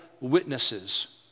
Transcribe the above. witnesses